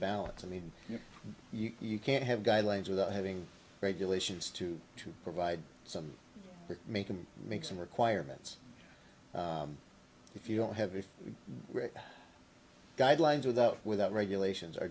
balance i mean you can't have guidelines without having regulations to to provide some to make them make some requirements if you don't have a guidelines without without regulations